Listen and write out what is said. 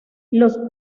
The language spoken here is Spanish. los